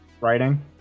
writing